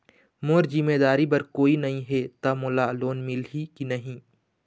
मोर जिम्मेदारी बर कोई नहीं हे त मोला लोन मिलही की नहीं?